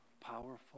powerful